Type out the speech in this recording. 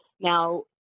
Now